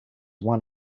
one